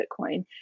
Bitcoin